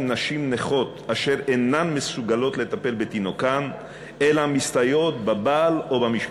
נשים נכות אשר אינן מסוגלות לטפל בתינוקן אלא מסתייעות בבעל או במשפחה,